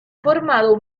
formado